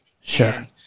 Sure